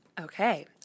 Okay